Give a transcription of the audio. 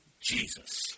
Jesus